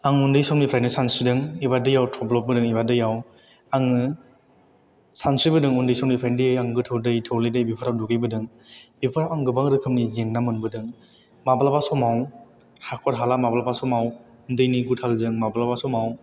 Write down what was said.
आं उन्दै समनिफ्रायनो सानस्रिदों एबा दैयाव थब्ल'बोदों एबा दैयाव आङो सानस्रिबोदों उन्दै समनिफ्रायनो आं गोथौ दै थौले दै बेफोराव दुगैबोदों बेफोराव आं गोबां रोखोमनि जेंना मोनबोदों माब्लाबा समाव हाख'र हाला माब्लाबा समाव दैनि गुथालजों माब्लाबा समाव